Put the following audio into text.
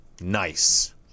nice